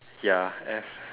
ya F